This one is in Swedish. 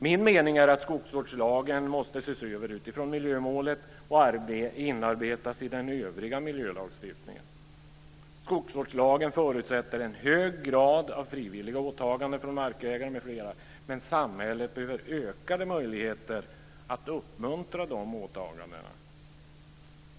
Min mening är att skogsvårdslagen måste ses över utifrån miljömålen och inarbetas i den övriga miljölagstiftningen. Skogsvårdslagen förutsätter en hög grad av frivilliga åtaganden från markägare m.fl., men samhället behöver ökade möjligheter för att uppmuntra dessa åtaganden.